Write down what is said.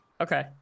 Okay